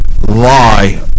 lie